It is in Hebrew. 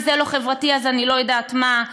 אם זה לא חברתי אז אני לא יודעת מה כן,